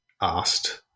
asked